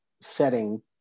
setting